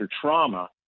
trauma